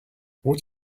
what